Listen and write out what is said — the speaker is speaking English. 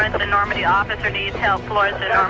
and but normandie. officer needs help, florence and